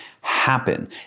happen